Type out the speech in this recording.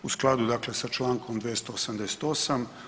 U skladu dakle sa Člankom 288.